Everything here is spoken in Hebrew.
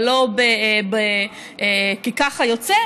ולא כי ככה יוצא,